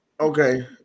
Okay